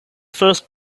first